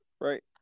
right